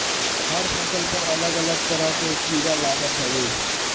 हर फसल पर अलग अलग तरह के कीड़ा लागत हवे